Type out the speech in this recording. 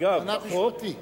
אגב,